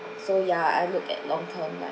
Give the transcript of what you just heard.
so yeah I look at long term like